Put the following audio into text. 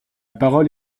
parole